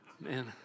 man